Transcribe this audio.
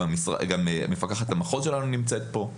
גם מפקחת המחוז שלנו נמצאת פה.